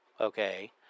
Okay